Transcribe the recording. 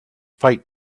fight